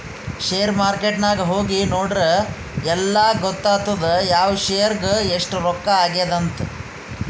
share market ನಾಗ್ ಹೋಗಿ ನೋಡುರ್ ಎಲ್ಲಾ ಗೊತ್ತಾತ್ತುದ್ ಯಾವ್ ಶೇರ್ಗ್ ಎಸ್ಟ್ ರೊಕ್ಕಾ ಆಗ್ಯಾದ್ ಅಂತ್